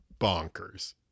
bonkers